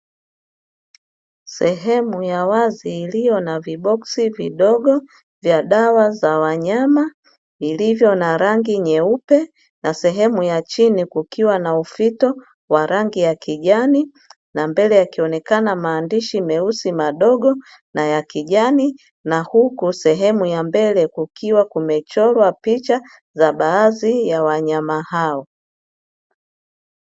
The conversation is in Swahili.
Sehemu ya wazi, iliyo na viboksi vidogo vya dawa za wanyama, vilivyo na rangi nyeupe na sehemu ya chini kukiwa na ufito wa rangi ya kijani; mbele yakionekana maandishi meusi madogo na ya kijani, na huku sehemu ya mbele kukiwa kumechorwa picha za baadhi ya wanyama hao.